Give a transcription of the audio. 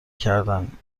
کردن